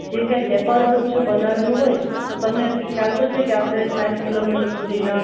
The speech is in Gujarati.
જે કાંઇ પેપર વર્ક જો બનાવેલું હોય તો તમને ખ્યાલ તો છે કે આપણે સાઠ કિલોમીટર સુધીના